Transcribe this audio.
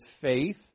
faith